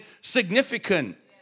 significant